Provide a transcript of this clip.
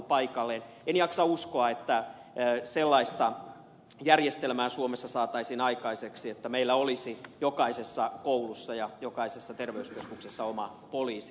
en jaksa uskoa että sellaista järjestelmää suomessa saataisiin aikaiseksi että meillä olisi jokaisessa koulussa ja jokaisessa terveyskeskuksessa oma poliisi